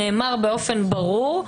שנאמר באופן ברור,